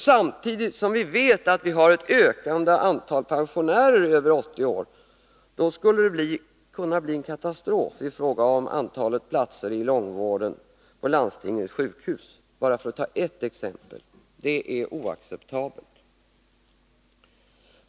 — samtidigt som vi vet att vi har ett ökande antal pensionärer över 80 år, skulle det kunna bli katastrof i fråga om antalet platser i långvården på landstingens sjukhus, bara för att ta ett exempel. Det är oacceptabelt.